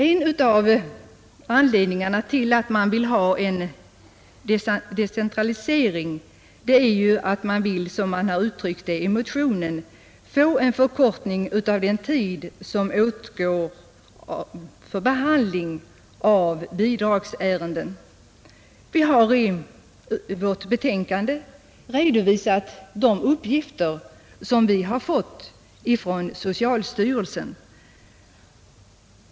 En av anledningarna till att man vill ha en decentralisering av beslutanderätten är att man, som det har uttryckts i motionen, vill få en förkortning av den tid som åtgår för behandling av bidragsärenden. Vi har i vårt betänkande redovisat de uppgifter som vi har fått från socialstyrelsen.